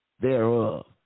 thereof